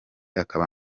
akaba